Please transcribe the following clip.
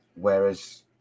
whereas